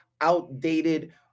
outdated